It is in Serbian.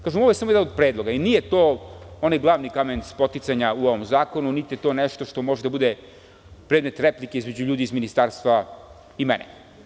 Kažem ovo je samo jedan od predloga i nije to onaj glavni kamen spoticanja u ovom zakonu, niti je to nešto što može da bude predmet replike između ljudi iz ministarstva i mene.